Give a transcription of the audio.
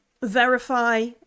verify